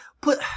put